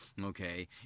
okay